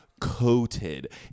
coated